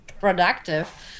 productive